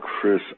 Chris